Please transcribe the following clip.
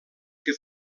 que